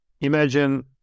imagine